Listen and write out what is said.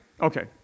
Okay